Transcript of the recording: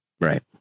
Right